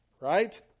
right